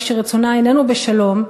כשרצונה איננו בשלום,